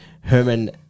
Herman